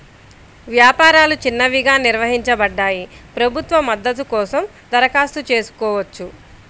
వ్యాపారాలు చిన్నవిగా నిర్వచించబడ్డాయి, ప్రభుత్వ మద్దతు కోసం దరఖాస్తు చేసుకోవచ్చు